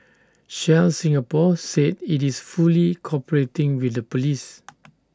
Shell Singapore said IT is fully cooperating with the Police